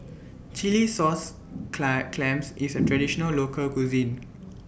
Chilli Sauce Clams IS A Traditional Local Cuisine